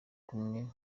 kumwe